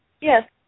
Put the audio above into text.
Yes